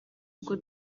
ubwo